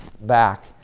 back